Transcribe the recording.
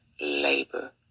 labor